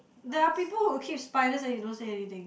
there are people who keep spiders and you don't say anything